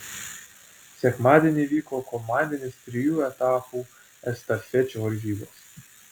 sekmadienį vyko komandinės trijų etapų estafečių varžybos